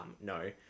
no